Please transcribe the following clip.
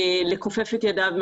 לכופף את ידיו,